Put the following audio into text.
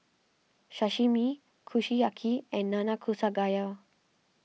Sashimi Kushiyaki and Nanakusa Gayu